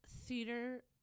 theater